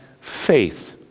faith